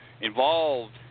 involved